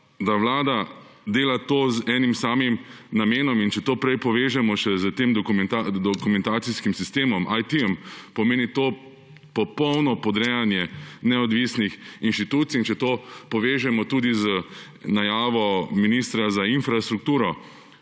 da vlada dela to z enim samim namenom. Če to povežemo še s tem dokumentacijskim sistemom IT, pomeni to popolno podrejanje neodvisnih inštitucij. In če to povežemo tudi z najavo ministra za infrastrukturo,